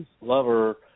lover